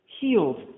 healed